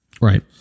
Right